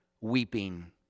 weeping